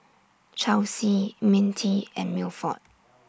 Chelsy Mintie and Milford